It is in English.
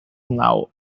now